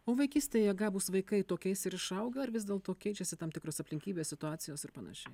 o vaikystėje gabūs vaikai tokiais ir išauga ar vis dėlto keičiasi tam tikros aplinkybės situacijos ir panašiai